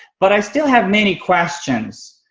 but i still have many questions.